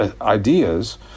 ideas